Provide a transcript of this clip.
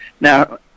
Now